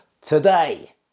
today